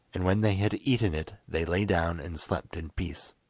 and when they had eaten it they lay down and slept in peace.